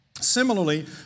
Similarly